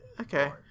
Okay